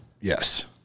yes